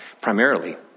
primarily